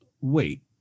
wait